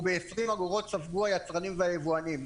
ו-20 אגורות ספגו היצרנים והיבואנים.